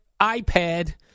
iPad